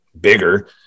bigger